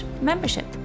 membership